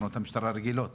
תחנות המשטרה הרגילות.